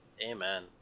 Amen